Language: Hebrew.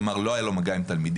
כלומר לא היה לו מגע עם תלמידים.